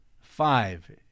Five